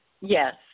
Yes